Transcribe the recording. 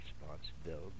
responsibility